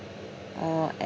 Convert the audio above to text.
uh